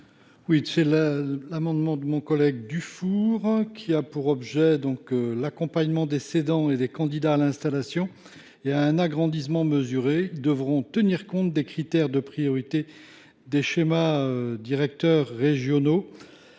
Cet amendement de notre collègue Duffourg tend à prévoir que l’accompagnement des cédants et des candidats à l’installation et à un agrandissement mesuré devront tenir compte des critères de priorité des schémas directeurs régionaux